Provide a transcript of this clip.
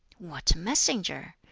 what a messenger!